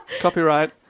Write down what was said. Copyright